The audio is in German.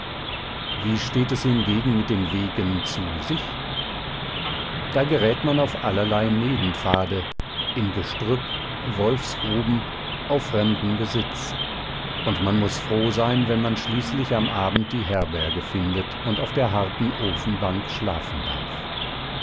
wie steht es hingegen mit den wegen zu sich da gerät man auf allerlei nebenpfade in gestrüpp wolfsgruben auf fremden besitz und man muß froh sein wenn man schließlich am abend die herberge findet und auf der harten ofenbank schlafen darf